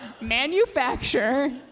manufacture